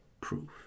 proof